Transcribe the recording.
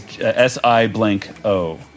S-I-blank-O